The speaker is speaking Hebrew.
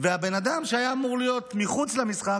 והבן אדם שהיה אמור להיות מחוץ למשחק,